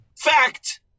Fact